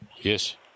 Yes